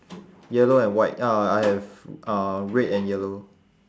yellow and white ah I have uh red and yellow